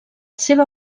seva